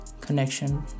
connection